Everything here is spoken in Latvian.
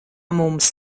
mums